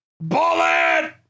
Bullet